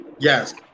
Yes